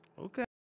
Okay